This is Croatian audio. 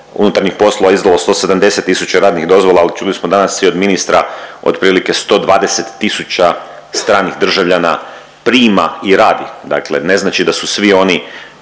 unutarnjih poslova izdalo 170 tisuća radnih dozvola ali čuli smo danas i od ministra otprilike 120 tisuća stranih državljana prima i radi, dakle ne znači da su svi oni,